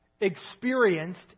experienced